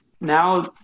now